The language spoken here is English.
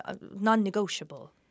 non-negotiable